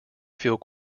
feel